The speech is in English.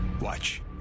Watch